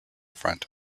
front